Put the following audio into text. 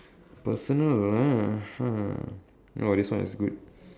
personal ah !huh! oh this one is good